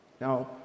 Now